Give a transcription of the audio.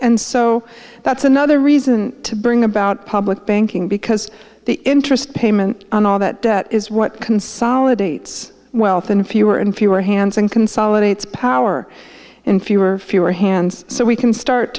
and so that's another reason to bring about public banking because the interest payment on all that debt is what consolidates wealth in fewer and fewer hands and consolidates power in fewer fewer hands so we can start